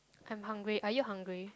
I'm hungry are you hungry